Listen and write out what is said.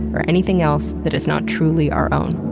or anything else that is not truly our own.